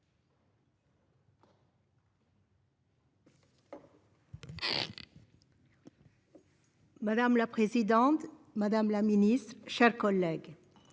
Madame la présidente, madame la ministre, mes chers collègues,